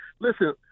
Listen